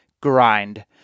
grind